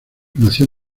nació